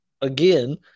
again